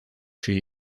chez